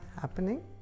happening